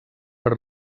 per